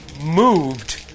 moved